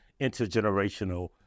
intergenerational